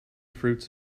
fruits